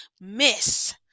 miss